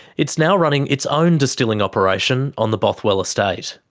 it's now running its own distilling operation on the bothwell estate.